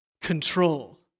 control